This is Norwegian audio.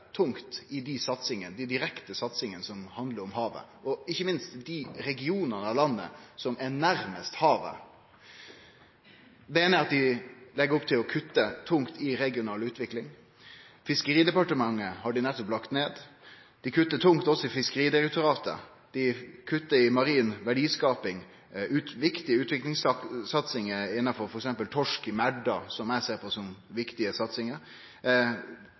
tungt i dei direkte satsingane som handlar om havet. Ikkje minst når det gjeld dei regionane i landet som er nærast havet, meiner eg at ein legg opp til å kutte tungt i regional utvikling. Ein har nettopp lagt ned Fiskeridepartementet, ein kuttar tungt òg i Fiskeridirektoratet, ein kuttar i marin verdiskaping og i viktige utviklingssatsingar innanfor f.eks. torsk i merdar – som eg ser på som viktige satsingar.